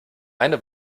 eine